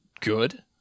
good